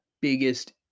biggest